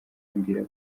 ambwira